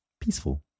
peaceful